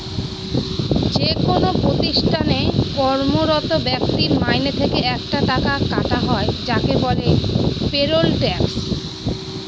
যেকোনো প্রতিষ্ঠানে কর্মরত ব্যক্তির মাইনে থেকে একটা টাকা কাটা হয় যাকে বলে পেরোল ট্যাক্স